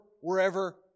wherever